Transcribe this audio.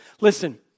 Listen